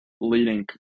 leading